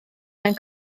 mewn